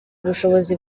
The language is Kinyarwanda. ubushobozi